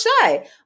shy